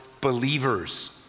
believers